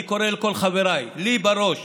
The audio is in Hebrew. אני קורא לכל חבריי, לי בראש